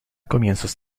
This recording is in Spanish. comienzos